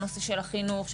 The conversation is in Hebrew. חינוך,